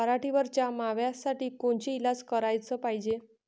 पराटीवरच्या माव्यासाठी कोनचे इलाज कराच पायजे?